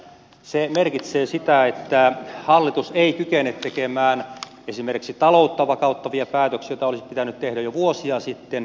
se merkitsee sitä että hallitus ei kykene tekemään esimerkiksi taloutta vakauttavia päätöksiä joita olisi pitänyt tehdä jo vuosia sitten